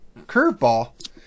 curveball